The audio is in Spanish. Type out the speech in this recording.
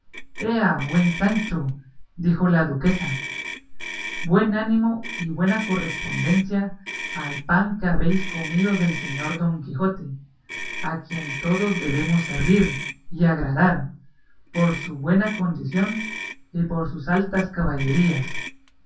buen sancho dijo la duquesa buen ánimo y buena correspondencia al pan que habéis comido del señor don quijote a quien todos debemos servir y agradar por su buena condición y por sus altas caballerías